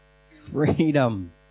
Freedom